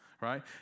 right